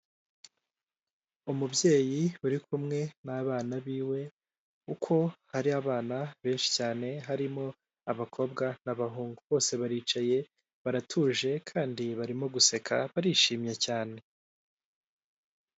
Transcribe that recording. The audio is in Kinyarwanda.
Umubyeyi uri kumwe n'abana biwe kuko hari abana benshi cyane harimo abakobwa n'abahungu, bose baricaye baratuje kandi barimo guseka barishimye cyane.